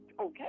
okay